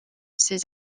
ses